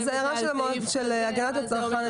אז ההערה של הגנת הצרכן,